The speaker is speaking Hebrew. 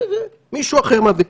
זה מישהו אחר מביט.